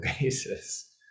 basis